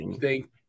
Thank